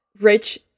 rich